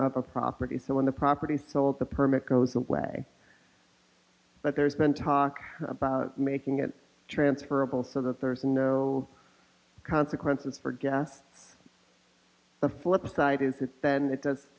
of a property so when the property is sold the permit goes away but there's been talk about making it transferable so that serves no consequences for just the flip side is the senate does